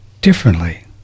differently